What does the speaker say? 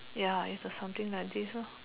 ya it's the something like this lor